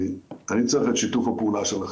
אני צריך את שיתוף הפעולה שלכם,